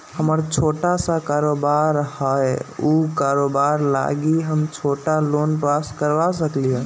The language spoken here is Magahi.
हमर छोटा सा कारोबार है उ कारोबार लागी हम छोटा लोन पास करवा सकली ह?